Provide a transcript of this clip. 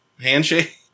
handshake